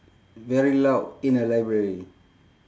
very loud in a library